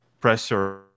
pressure